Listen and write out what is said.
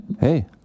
Hey